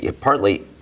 Partly